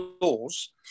Laws